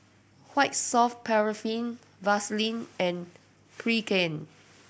White Soft Paraffin Vaselin and Pregain